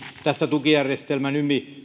tästä tukijärjestelmän